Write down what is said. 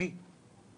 מי?